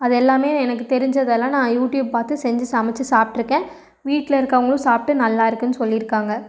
அது எல்லாம் எனக்கு தெரிஞ்சதெல்லாம் நான் யூடுயூப் பார்த்து செஞ்சு சமைச்சி சாப்பிட்ருக்கேன் வீட்டில் இருக்கறவுங்களும் சாப்பிட்டு நல்லாயிருக்குன்னு சொல்லியிருக்காங்க